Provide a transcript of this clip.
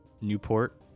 Newport